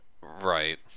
Right